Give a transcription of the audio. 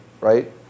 Right